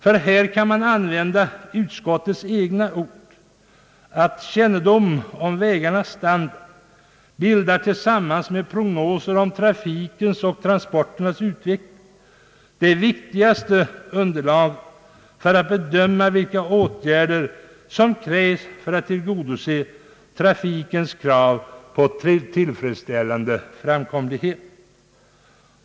Ty här kan man använda utskottets egna ord att kännedom »om vägarnas standard bildar tillsammans med prognoser om trafikens och transporternas utveckling det viktigaste underlaget för att bedöma vilka åtgärder som krävs för att tillgodose trafikens krav på tillfredsställande framkomlighet».